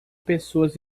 pessoas